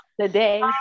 Today